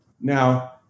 Now